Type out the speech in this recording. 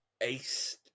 ace